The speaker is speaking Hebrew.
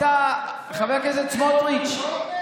חבר הכנסת סמוטריץ',